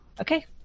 Okay